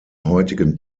heutigen